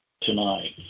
tonight